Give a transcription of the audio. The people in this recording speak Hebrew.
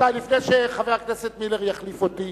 לפני שחבר הכנסת מילר יחליף אותי,